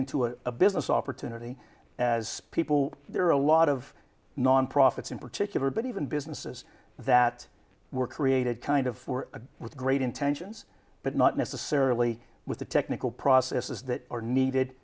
into a business opportunity as people there are a lot of non profits in particular but even businesses that were created kind of a with great intentions but not necessarily with the technical processes that are needed